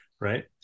right